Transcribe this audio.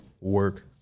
work